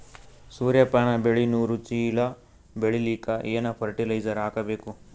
ಸೂರ್ಯಪಾನ ಬೆಳಿ ನೂರು ಚೀಳ ಬೆಳೆಲಿಕ ಏನ ಫರಟಿಲೈಜರ ಹಾಕಬೇಕು?